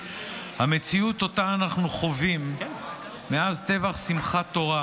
המציאות שאותה אנחנו חווים מאז טבח שמחת תורה